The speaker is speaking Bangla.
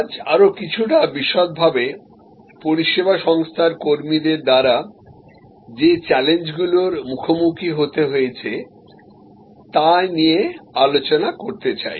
আজ আরও কিছুটা বিশদভাবে পরিষেবা সংস্থার কর্মীদের দ্বারা যে চ্যালেঞ্জগুলির মুখোমুখি হতে হয়েছে তাই নিয়ে আলোচনা করতে চাই